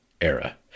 era